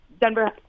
Denver